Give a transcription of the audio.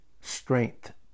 strength